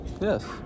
Yes